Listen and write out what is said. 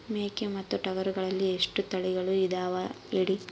ಮೇಕೆ ಮತ್ತು ಟಗರುಗಳಲ್ಲಿ ಎಷ್ಟು ತಳಿಗಳು ಇದಾವ ಹೇಳಿ?